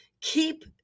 keep